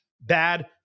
bad